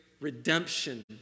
redemption